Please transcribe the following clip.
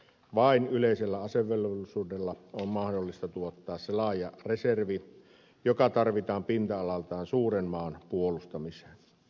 vain yleisellä asevelvollisuudella on mahdollista tuottaa se laaja reservi joka tarvitaan pinta alaltaan suuren maan puolustamiseen